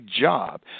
job